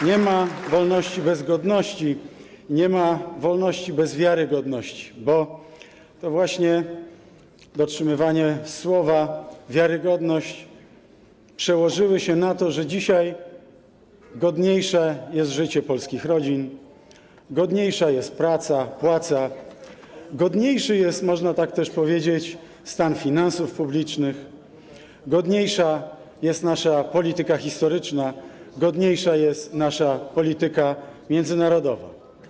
Nie ma wolności bez godności, nie ma wolności bez wiarygodności, bo to właśnie dotrzymywanie słowa, wiarygodność przełożyły się na to, że dzisiaj godniejsze jest życie polskich rodzin, godniejsza jest praca, płaca, godniejszy jest - można tak też powiedzieć - stan finansów publicznych, godniejsza jest nasza polityka historyczna, godniejsza jest nasza polityka międzynarodowa.